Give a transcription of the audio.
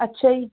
ਅੱਛਾ ਜੀ